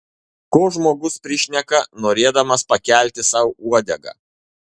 ko žmogus prišneka norėdamas pakelti sau uodegą